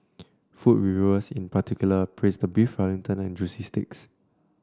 food reviewers in particular praised the Beef Wellington and juicy steaks